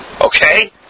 Okay